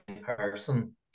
person